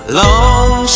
long